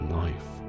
life